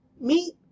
meet